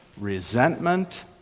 resentment